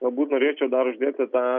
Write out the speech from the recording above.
abu norėčiau dar uždėti tą